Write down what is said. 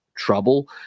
Trouble